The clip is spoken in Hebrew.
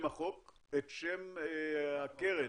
הקרן,